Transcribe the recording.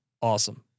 Awesome